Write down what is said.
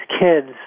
kids